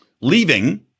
leaving